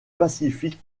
pacifique